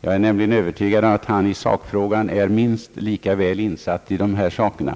Jag är nämligen övertygad om att han är minst lika väl insatt i dessa saker,